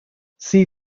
see